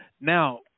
Now